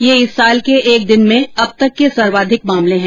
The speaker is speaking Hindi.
ये इस साल के एक दिन में अब तक के सर्वाधिक मामले हैं